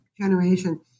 generation